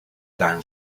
dan